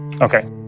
Okay